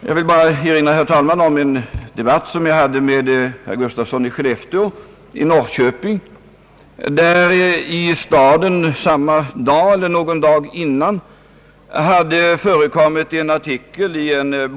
Jag vill bara, herr talman, erinra om en debatt i Norrköping mellan mig och herr Gustafsson i Skellefteå.